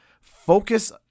focus